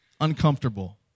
uncomfortable